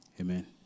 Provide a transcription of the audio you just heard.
Amen